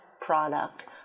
product